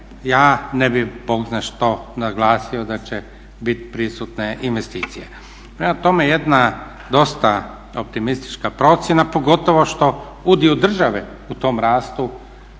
ja ne bih bog zna što naglasio da će bit prisutne investicije. Prema tome, jedna dosta optimistična procjena pogotovo što udio države u tom rastu